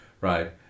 right